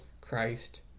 Christ